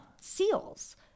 seals